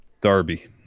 darby